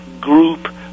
group